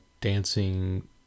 dancing